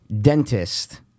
Dentist